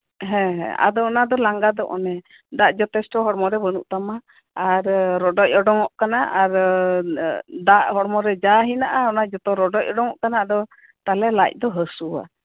ᱦᱮᱸ ᱦᱮᱸ ᱟᱫᱚ ᱚᱱᱟ ᱫᱚ ᱞᱟᱝᱜᱟ ᱫᱚ ᱚᱱᱮ ᱫᱟᱜ ᱡᱚᱛᱷᱮᱥᱴᱚ ᱦᱚᱲᱢᱚ ᱨᱮ ᱵᱟᱹᱱᱩᱜ ᱛᱟᱢᱟ ᱟᱨ ᱨᱚᱰᱚᱪ ᱩᱰᱩᱠᱚᱜ ᱠᱟᱱᱟ ᱟᱨ ᱫᱟᱜ ᱦᱚᱸ ᱡᱚᱛᱚᱜᱮ ᱦᱚᱲᱢᱚ ᱨᱮ ᱡᱟ ᱢᱮᱱᱟᱜᱼᱟ ᱚᱱᱟ ᱡᱚᱛᱚ ᱨᱚᱰᱚᱪ ᱩᱰᱩᱠᱚᱜ ᱠᱟᱱᱟ ᱟᱫᱚ ᱛᱟᱦᱞᱮ ᱞᱟᱡ ᱫᱚ ᱦᱟᱹᱥᱩᱣᱟ